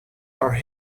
our